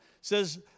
says